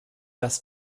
das